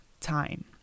time